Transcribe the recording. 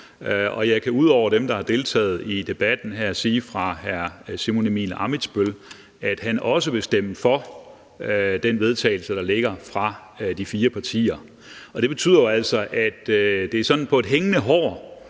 at ud over dem, der har deltaget i debatten, vil også hr. Simon Emil Ammitzbøll-Bille stemme for det forslag til vedtagelse, der ligger fra de fire partier. Det betyder altså, at det sådan er på et hængende hår,